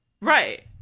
Right